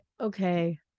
okay